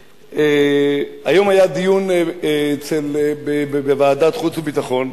היום היה דיון בוועדת חוץ וביטחון,